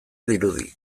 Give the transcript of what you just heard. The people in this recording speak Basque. dirudi